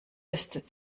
ist